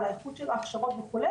להיערכות של ההכשרות וכו',